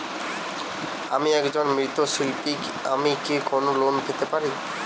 আমি একজন মৃৎ শিল্পী আমি কি কোন লোন পেতে পারি?